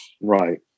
Right